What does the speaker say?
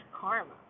karma